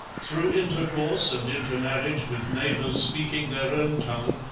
through intercourse and intermarriage with neighbours speaking their own tongue,